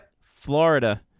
Florida